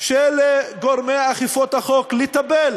של גורמי אכיפת החוק לטפל